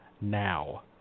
now